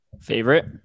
Favorite